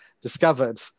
discovered